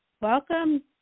Welcome